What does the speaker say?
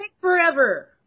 forever